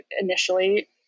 initially